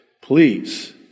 please